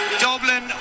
Dublin